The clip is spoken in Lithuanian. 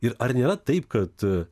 ir ar nėra taip kad